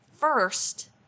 first